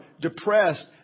depressed